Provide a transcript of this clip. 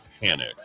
panic